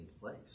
place